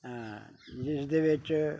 ਐਂ ਜਿਸਦੇ ਵਿੱਚ